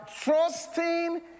trusting